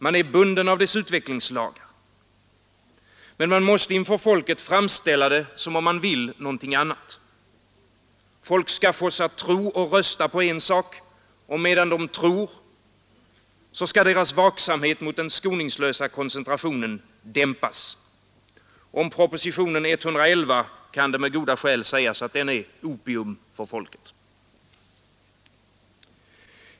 Man är bunden av dess utvecklingslagar, men man måste inför folket framställa det som om man vill någonting annat. Folk skall fås att tro och rösta på en sak, och medan de tror skall deras vaksamhet mot den skoningslösa koncentrationen dämpas. Om propositionen 111 kan det med goda skäl sägas att den är opium för folket.